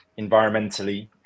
environmentally